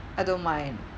I don't mind